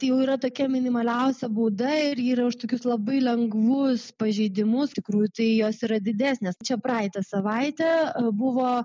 tai jau yra tokia minimaliausia bauda ir ji yra už tokius labai lengvus pažeidimus tikrųjų tai jos yra didesnės čia praeitą savaitę buvo